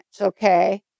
okay